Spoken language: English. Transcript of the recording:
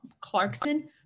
clarkson